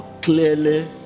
clearly